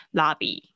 lobby